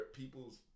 people's